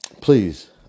Please